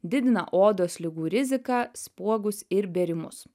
didina odos ligų riziką spuogus ir bėrimus